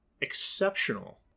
exceptional